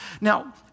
Now